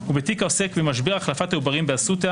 ובתיק העוסק במשבר החלפת העוברים באסותא